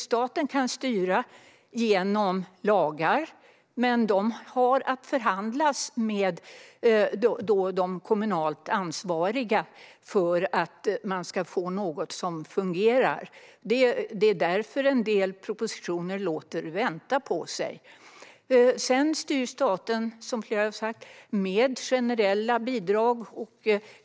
Staten kan styra genom lagar, men de ska förhandlas med de kommunalt ansvariga för att man ska få något som fungerar. Det är därför en del propositioner låter vänta på sig. Som flera har sagt styr staten också med generella bidrag.